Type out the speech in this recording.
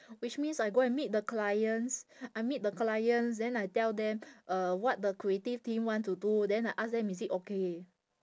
which means I go and meet the clients I meet the clients then I tell them uh what the creative team want to do then I ask them is it okay